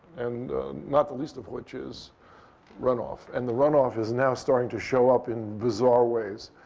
and not the least of which is runoff. and the runoff is now starting to show up in bizarre ways.